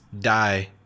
die